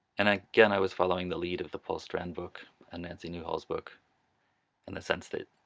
and again i was following the lead of the paul strand book and nancy newall's book in a sense that